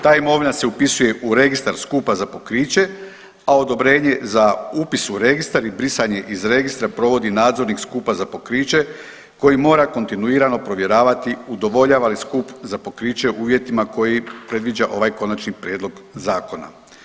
Ta imovina se upisuje u registar skupa za pokriće, a odobrenje za upis u registar i brisanje iz registra provodi nadzornik skupa za pokriće koji mora kontinuirano provjeravati udovoljava li skup za pokriće uvjetima koji predviđa ovaj konačni prijedlog zakona.